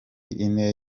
ine